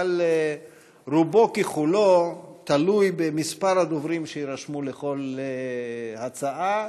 אבל רובו ככולו תלוי במספר הדוברים שיירשמו לכל הצעה,